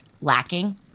lacking